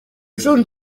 ashobora